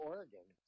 Oregon